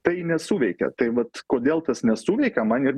tai nesuveikė tai vat kodėl tas nesuveikė man ir